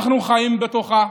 אנחנו חיים בתוכה,